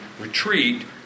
retreat